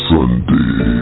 Sunday